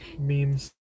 Memes